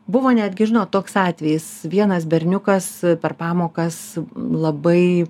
buvo netgi žinot toks atvejis vienas berniukas per pamokas labai